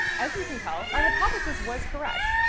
as you can tell, our hypothesis was correct.